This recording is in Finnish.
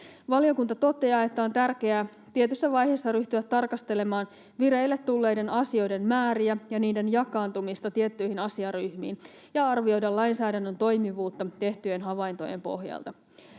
Valiokunta toteaa, että on tärkeää tietyssä vaiheessa ryhtyä tarkastelemaan vireille tulleiden asioiden määriä ja niiden jakaantumista tiettyihin asiaryhmiin ja arvioida lainsäädännön toimivuutta tehtyjen havaintojen pohjalta.